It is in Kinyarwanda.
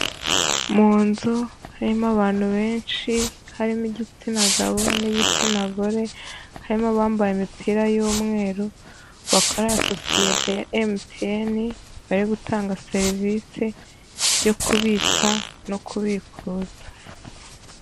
Mu nzu harimo abantu benshi, harimo igitsina gabo n'igitsina gore, harimo abambaye imipira y'umweru bakorera sosiyete ya MTN, bari gutanga serivisi yo kubitsa no kubikuza.